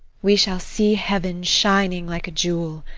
we shall see heaven shining like a jewel.